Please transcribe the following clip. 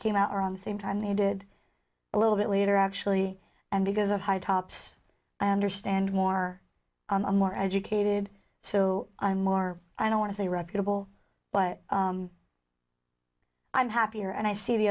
came out around the same time they did a little bit later actually and because of high tops i understand more a more educated so i'm more i don't want to say reputable but i'm happier and i see the